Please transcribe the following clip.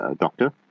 Doctor